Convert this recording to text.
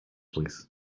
please